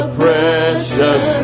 precious